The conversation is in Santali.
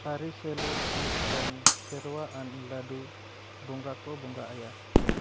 ᱟᱨᱤᱥᱮᱞᱩ ᱢᱤᱫᱴᱟᱝ ᱥᱮᱨᱣᱟ ᱟᱱ ᱞᱟᱹᱰᱩ ᱵᱚᱸᱜᱟ ᱠᱚ ᱵᱚᱸᱜᱟ ᱟᱭᱟ